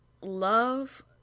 love